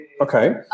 Okay